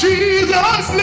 Jesus